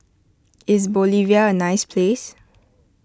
is Bolivia a nice place